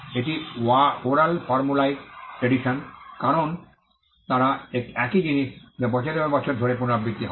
এটি oral formulaic tradition কারণে তারা একই জিনিস যা বছরের পর বছর ধরে পুনরাবৃত্তি হয়